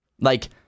Like-